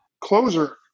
closer